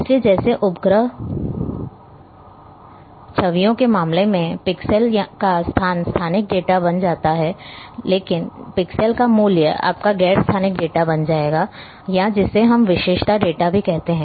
इसलिए जैसे उपग्रह छवियों के मामले में पिक्सेल का स्थान स्थानिक डेटा बन जाएगा लेकिन पिक्सेल का मूल्य आपका गैर स्थानिक डेटा बन जाएगा या जिसे हम विशेषता डेटा भी कहते हैं